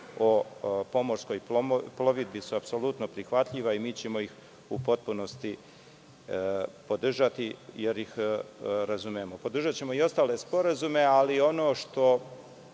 o pomorskoj plovidbi su apsolutno prihvatljiva i mi ćemo ih u potpunosti podržati jer ih razumemo. Podržaćemo i ostale sporazume, ali ono što